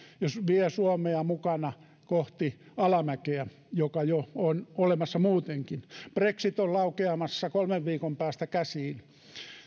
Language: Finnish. vie suomea mukana kohti alamäkeä joka jo on olemassa muutenkin brexit on laukeamassa kolmen viikon päästä käsiin